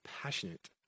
passionate